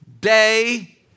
day